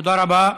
תודה רבה.